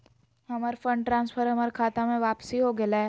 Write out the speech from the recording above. हमर fund transfer हमर खता में वापसी हो गेलय